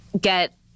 get